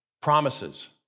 Promises